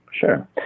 Sure